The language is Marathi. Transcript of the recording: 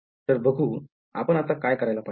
तर बघू आपण आता काय करायला पाहिजे